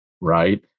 right